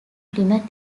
plymouth